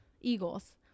eagles